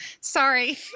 Sorry